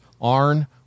Arn